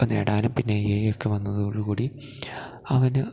ഇപ്പം നേടാനും പിന്നെ എ ഐ ഒക്കെ വന്നതോടുകൂടി അവന്